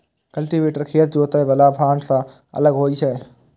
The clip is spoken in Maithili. कल्टीवेटर खेत जोतय बला फाड़ सं अलग होइ छै